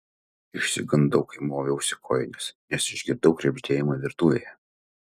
išsigandau kai moviausi kojines nes išgirdau krebždėjimą virtuvėje